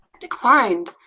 declined